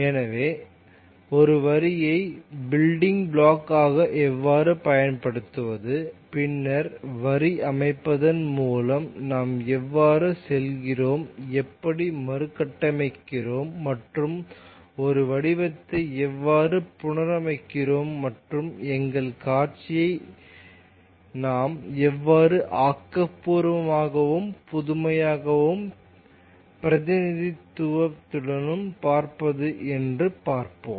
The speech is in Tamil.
எனவே ஒரு வரியை பில்டிங் பிளாக் ஆக எவ்வாறு பயன்படுத்துவது பின்னர் வரி அமைப்பதன் மூலம் நாம் எவ்வாறு செல்கிறோம் எப்படி மறுகட்டமைக்கிறோம் மற்றும் ஒரு வடிவத்தை எவ்வாறு புனரமைக்கிறோம் மற்றும் எங்கள் காட்சியில் நாம் எவ்வாறு ஆக்கப்பூர்வமாகவும் புதுமையாகவும் பிரதிநிதித்து பார்ப்பது என்று பார்ப்போம்